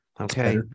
Okay